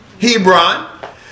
Hebron